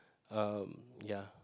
um ya